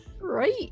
Right